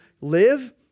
live